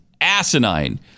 asinine